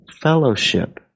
Fellowship